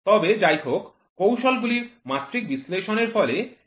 তবে যাইহোক কৌশলগুলির মাত্রিক বিশ্লেষণের ফলে কিছু সাধারণ রূপ পাওয়া যেতে পারে